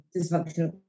dysfunctional